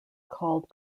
called